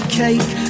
cake